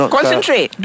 Concentrate